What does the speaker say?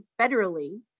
federally